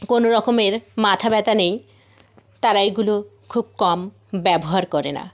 কোনো রকমের মাথা ব্যথা নেই তারা এগুলো খুব কম ব্যবহার করে না